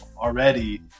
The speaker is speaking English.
already